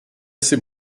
asi